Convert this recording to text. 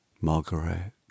Margaret